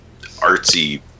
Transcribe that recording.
artsy